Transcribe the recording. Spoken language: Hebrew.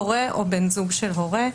הורה או בן זוג של הורה,